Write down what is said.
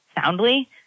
soundly